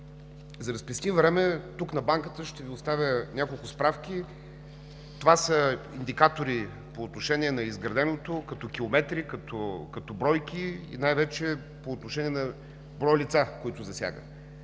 За да спестим време, тук на банката ще Ви оставя няколко справки (показва ги) – това са индикатори по отношение на изграденото, като километри, като бройки и най-вече по отношение на броя лица, които засяга.